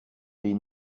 des